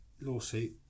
lawsuit